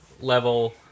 level